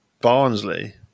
Barnsley